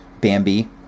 Bambi